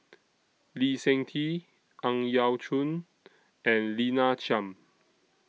Lee Seng Tee Ang Yau Choon and Lina Chiam